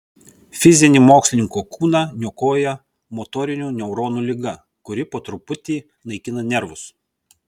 fizinį mokslininko kūną niokoja motorinių neuronų liga kuri po truputį naikina nervus